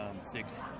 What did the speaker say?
six